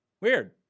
weird